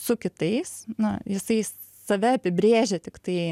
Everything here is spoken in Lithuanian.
su kitais na jisai save apibrėžia tiktai